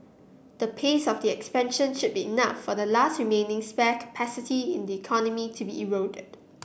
the pace of the expansion should be enough for the last remaining spare capacity in the economy to be eroded